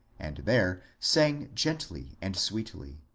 and there sang gently and sweetly.